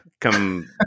come